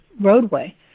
roadway